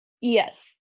Yes